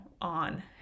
on